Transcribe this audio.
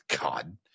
God